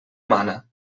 mana